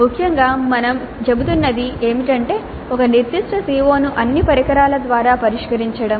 ముఖ్యంగా మనం చెబుతున్నది ఏమిటంటే ఒక నిర్దిష్ట CO ను అన్ని పరికరాల ద్వారా పరిష్కరించడం